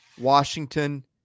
Washington